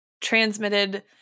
transmitted